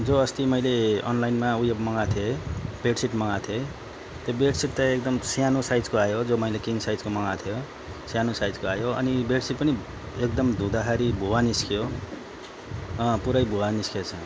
जो अस्ती मैले अनलाइनमा उयो मगाएको थिएँ बेडसिट मगाएको थिएँ त्यो बेडसिट त एकदम सानो साइजको आयो जो मैले किङ साइजको मगाएको थिएँ सानो साइजको आयो अनि बेडसिट पनि एकदम धुँदाखेरि भुवा निस्क्यो अँ पुरै भुवा निस्केछ